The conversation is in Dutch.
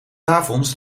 avonds